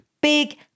big